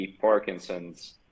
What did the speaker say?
Parkinson's